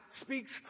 speaks